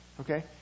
okay